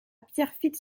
pierrefitte